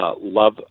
love